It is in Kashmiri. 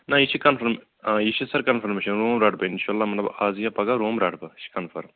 نہَ یہِ چھُ کَنفٲرٕم آ یہِ چھُ سَر کَنفٲرٕمیشن روٗم رَٹہٕ بہٕ اِنشااللہ مطلب اَز یا پَگاہ روٗم رَٹہٕ بہٕ یہِ چھُ کَنفٲرٕم